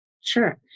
Sure